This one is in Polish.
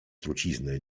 trucizny